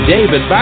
David